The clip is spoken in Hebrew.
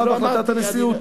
החלטתך ועל החלטת הנשיאות.